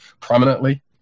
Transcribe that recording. prominently